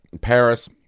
Paris